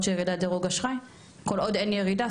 של ירידת דירוג אשראי כל עוד אין ירידה?